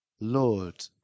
Lord